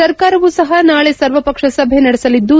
ಸರ್ಕಾರವು ಸಹ ನಾಳೆ ಸರ್ವಪಕ್ಷ ಸಭೆ ನಡೆಸಲಿದ್ದು